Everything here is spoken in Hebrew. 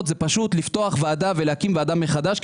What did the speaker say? זה פשוט לפתוח ועדה ולהקים ועדה מחדש,